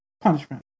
punishment